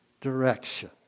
direction